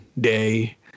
day